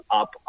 up